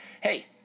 hey